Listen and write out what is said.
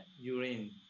urine